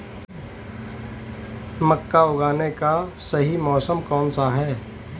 मक्का उगाने का सही मौसम कौनसा है?